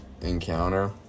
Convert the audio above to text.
encounter